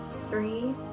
three